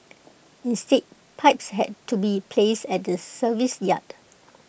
instead pipes had to be placed at the service yard